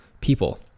people